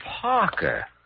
Parker